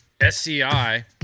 sci